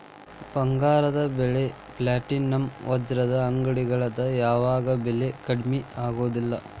ಬಂಗಾರ ಬೆಳ್ಳಿ ಪ್ಲಾಟಿನಂ ವಜ್ರದ ಅಂಗಡಿಗಳದ್ ಯಾವಾಗೂ ಬೆಲಿ ಕಡ್ಮಿ ಆಗುದಿಲ್ಲ